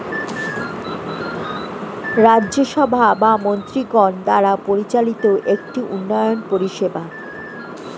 রাজ্য সভা মন্ত্রীগণ দ্বারা পরিচালিত একটি উন্নয়ন পরিষেবা